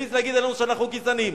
ומעז להגיד עלינו שאנחנו גזענים.